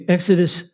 Exodus